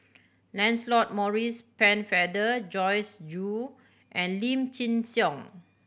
Lancelot Maurice Pennefather Joyce Jue and Lim Chin Siong